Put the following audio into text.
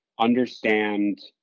understand